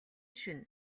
шөнө